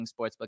sportsbook